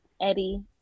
Eddie